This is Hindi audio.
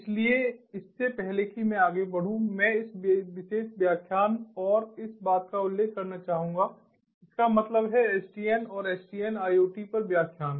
इसलिए इससे पहले कि मैं आगे बढ़ूं मैं इस विशेष व्याख्यान और इस बात का उल्लेख करना चाहूंगा इसका मतलब है SDN और SDN IoT पर व्याख्यान